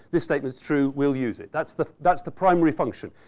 this statement is true. we'll use it. that's the that's the primary function.